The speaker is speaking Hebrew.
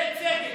זה צדק.